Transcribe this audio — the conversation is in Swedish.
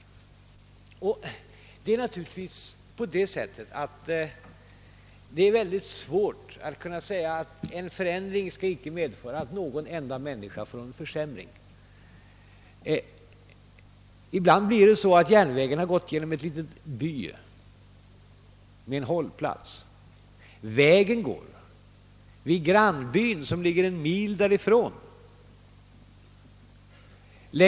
Det är naturligtvis mycket svårt att säga att en förändring inte skall medföra att någon enda människa får vidkännas en försämring. I vissa fall har järnvägen gått genom en liten by med hållplats, medan vägen går genom grannbyn som ligger en mil därifrån.